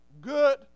good